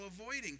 avoiding